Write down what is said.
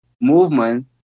movement